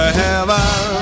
heaven